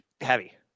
heavy